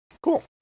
Cool